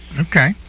Okay